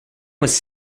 was